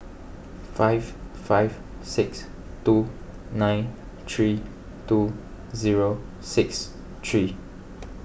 five five six two nine three two zero six three